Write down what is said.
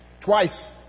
Twice